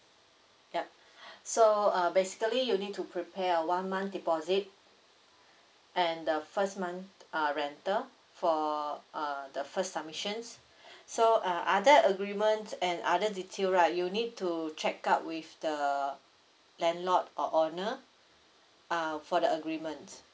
yup so uh basically you need to prepare a one month deposit and the first month uh rental for uh the first submissions so uh other agreements and other detail right you need to check out with the landlord or owner uh for the agreement